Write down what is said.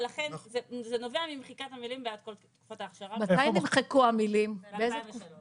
וזה נובע ממחיקת המילים "בעד כל תקופת ההכשרה".